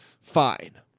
Fine